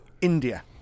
India